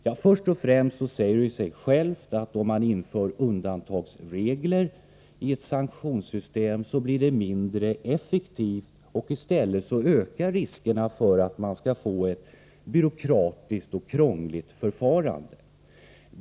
Ja, först och främst säger det sig självt att om man inför undantagsregler i ett sanktionssystem, så blir det mindre effektivt, och riskerna för att man skall få ett byråkratiskt och krångligt förfarande ökar.